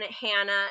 Hannah